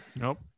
Nope